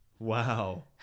Wow